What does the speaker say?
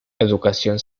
educación